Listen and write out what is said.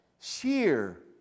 sheer